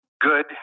good